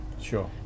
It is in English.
sure